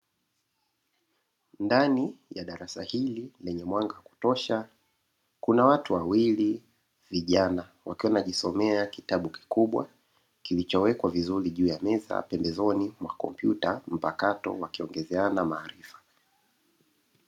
Ndani ya darasa hili lenye mwanga wa kutosha kuna watu wawili vijana wakiwa wanajisomea kitabu kikubwa kilichowekwa vizuri juu ya meza pembezoni mwa kompyuta mpakato wakiongezeana maarifa.